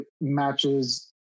matches